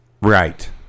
Right